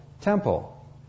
temple